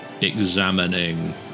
examining